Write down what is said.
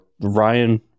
Ryan